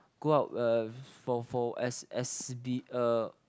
go out uh for for as as be a